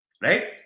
Right